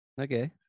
okay